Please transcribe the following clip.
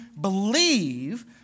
believe